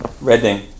Redding